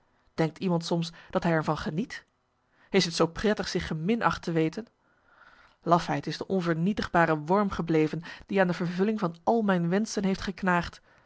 denkt iemand soms dat hij er van geniet marcellus emants een nagelaten bekentenis is t zoo prettig zich geminacht te weten lafheid is de onvernietigbare worm gebleven die aan de vervulling van al mijn wenschen heeft geknaagd